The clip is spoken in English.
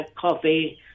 coffee